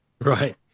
Right